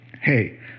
hey